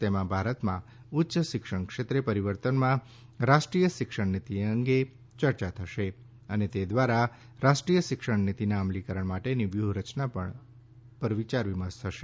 તેમાં ભારતમાં ઉચ્ચ શિક્ષણ ક્ષેત્રે પરિવર્તનમાં રાષ્ટ્રીય શિક્ષણ નીતિ અંગે ચર્ચા થશે અને તે દ્વારા રાષ્ટ્રીય શિક્ષણ નીતિના અમલીકરણ માટેની વ્યૂહરચના પર વિયાર વિમર્શ થશે